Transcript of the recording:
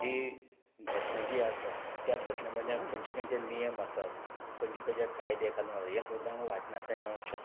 ती घटना जी आसा त्या बश्ण मध्ये खंयचे खंयचे नेम आसात खंयचे खंयचे कायदे कानून आसा हें सुद्दा वाचनांतल्यान मेळूं शकता